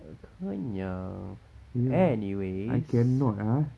uh kenyang anyways